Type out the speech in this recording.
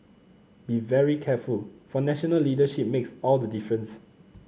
be very careful for national leadership makes all the difference